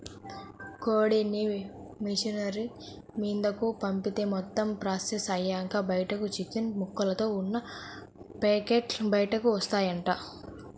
కోడిని మిషనరీ మీదకు పంపిత్తే మొత్తం ప్రాసెస్ అయ్యాక బయటకు చికెన్ ముక్కలతో ఉన్న పేకెట్లు బయటకు వత్తాయంట